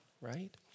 right